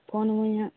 phone ᱟᱹᱢᱟᱹᱧᱦᱟᱜ